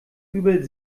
übel